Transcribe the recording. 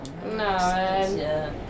No